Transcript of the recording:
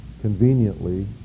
conveniently